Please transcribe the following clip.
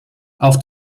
auf